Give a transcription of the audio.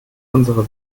unsere